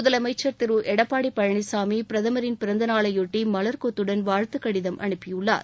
முதலமைச்சர் திரு எடப்பாடி பழனிசாமி பிரதமரின் பிறந்த நாளை பொட்டி மலர்க் கொத்துடன் வாழ்த்துக்கடிதம் அனுப்பியுள்ளார்